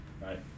Right